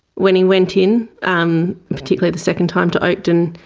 when he went in, um particularly the second time to oakden,